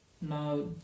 now